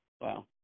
Wow